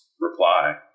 reply